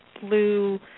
blue –